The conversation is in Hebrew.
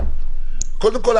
קודם כול,